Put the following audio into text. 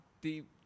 deep